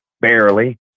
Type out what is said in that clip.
barely